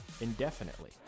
indefinitely